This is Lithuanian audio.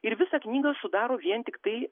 ir visą knygą sudaro vien tiktai